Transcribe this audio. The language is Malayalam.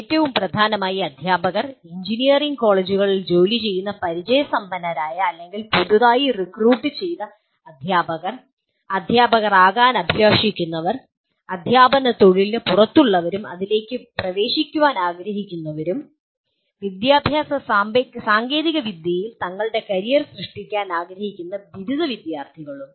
ഏറ്റവും പ്രധാനമായി അധ്യാപകർ എഞ്ചിനീയറിംഗ് കോളേജുകളിൽ ജോലി ചെയ്യുന്ന പരിചയസമ്പന്നരായ അല്ലെങ്കിൽ പുതുതായി റിക്രൂട്ട് ചെയ്ത അധ്യാപകർ അധ്യാപകർ ആകാൻ അഭിലാഷിക്കുന്നവർ അധ്യാപന തൊഴിലിനു പുറത്തുള്ളവരും ഇതിലേക്ക് പ്രവേശിക്കാൻ ആഗ്രഹിക്കുന്നവരും വിദ്യാഭ്യാസ സാങ്കേതികവിദ്യയിൽ തങ്ങളുടെ കരിയർ സൃഷ്ടിക്കാൻ ആഗ്രഹിക്കുന്ന ബിരുദ വിദ്യാർത്ഥികളും